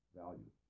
value